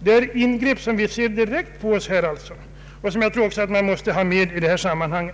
Konsekvenserna av dessa ingrepp kan vi lätt konstatera, och jag tror att vi måste ta hänsyn till dem i detta sammanhang.